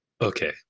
Okay